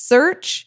Search